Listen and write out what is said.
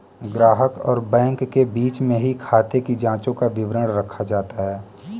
ग्राहक और बैंक के बीच में ही खाते की जांचों का विवरण रखा जाता है